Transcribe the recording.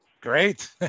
Great